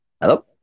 Hello